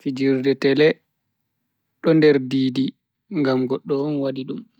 Fijirde je tele do nder di-di, ngam goddo on wadi dum.